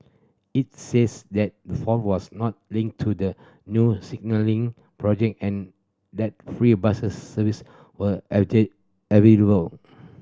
it says that the fault was not linked to the new signalling project and that free buses service were available